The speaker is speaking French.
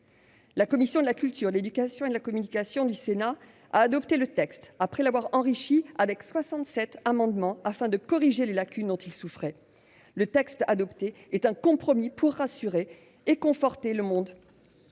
La commission de la culture, de l'éducation et de la communication du Sénat a adopté le texte après l'avoir enrichi avec soixante-sept amendements, afin de corriger les lacunes dont il souffrait. Le texte adopté est un compromis pour rassurer et conforter le mouvement